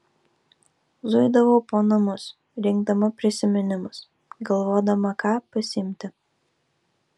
zuidavau po namus rinkdama prisiminimus galvodama ką pasiimti